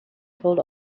told